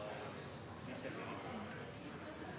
neste